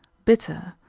bitter,